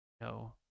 no